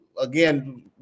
again